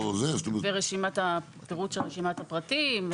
ופירוט של רשימת הפרטים,